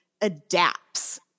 adapts